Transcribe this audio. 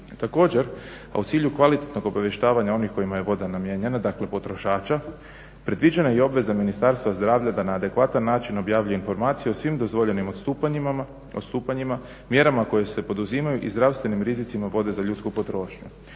Također, a u cilju kvalitetnog obavještavanja onih kojima je voda namijenjena, dakle potrošača, predviđena je i obveza Ministarstva zdravlja da na adekvatan način objavljuje informacije o svim dozvoljenim odstupanjima, mjerama koje se poduzimaju i zdravstvenim rizicima vode za ljudsku potrošnju,